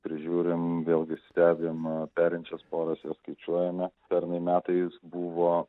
prižiūrim vėlgi stebim perinčias poras jau skaičiuojame pernai metais buvo